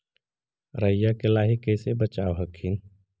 राईया के लाहि कैसे बचाब हखिन?